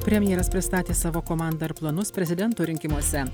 premjeras pristatė savo komandą ir planus prezidento rinkimuose